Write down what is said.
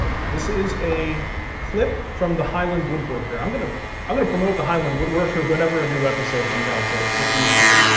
ah this is a clip from the highland woodworker. i'm gonna um gonna promote the highland woodworker whenever a new episode comes out so get used to it.